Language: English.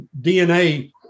DNA